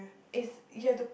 is you have to